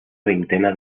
veintena